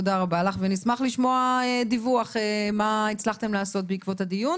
תודה רבה לך ואנחנו נשמח לשמוע דיווח של מה הצלחתם לעשות בעקבות הדיון